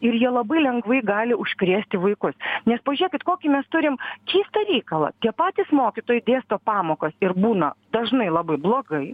ir jie labai lengvai gali užkrėsti vaikus nes pažiūrėkit kokį mes turim keistą reikalą tie patys mokytojai dėsto pamokas ir būna dažnai labai blogai